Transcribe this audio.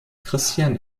christian